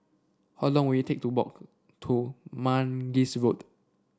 how long will it take to walk to Mangis Road